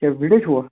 کیٛاہ ویٖڈیو چھُووٕ